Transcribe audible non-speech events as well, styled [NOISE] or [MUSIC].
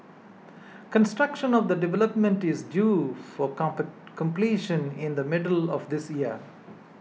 construction of the development is due for [UNINTELLIGIBLE] completion in the middle of this year